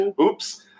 Oops